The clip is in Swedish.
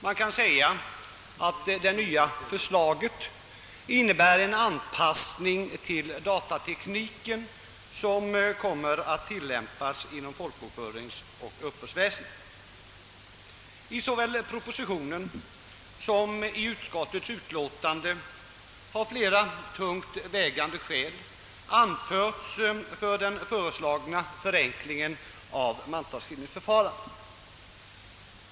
Man kan säga att det nya förslaget innebär en anpassning till datatekniken som kommer att tillämpas inom folkbokföringen och uppbördsväsendet. I såväl propositionen som utskottets utlåtande har flera tungt vägande skäl anförts för den föreslagna förenklingen av mantalsskrivningsförfarandet.